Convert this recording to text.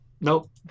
Nope